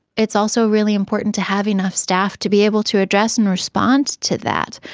it's also really important to have enough staff to be able to address and respond to that.